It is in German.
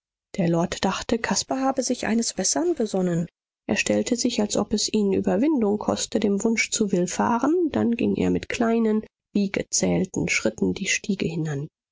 der lord dachte caspar habe sich eines bessern besonnen er stellte sich als ob es ihn überwindung koste dem wunsch zu willfahren dann ging er mit kleinen wie gezählten schritten die stiege hinan